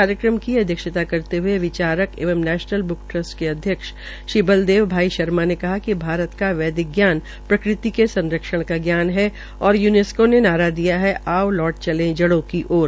कार्यक्रम की अध्यक्षता करते हये विचारक एवं नैशनल ब्क ट्रस्ट के अध्यक्ष श्रीबलदेव भाई शर्मा ने कहा कि भारत का वैदिक ज्ञान प्रकृति के संरक्षण का ज्ञान है और यूनेस्कों ने नारा दिया है आओ लौट चले जड़ो की ओर